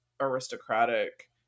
aristocratic